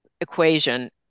equation